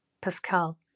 Pascal